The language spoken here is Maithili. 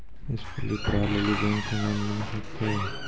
स्कूली पढ़ाई लेली बैंक से लोन मिले सकते?